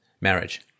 marriage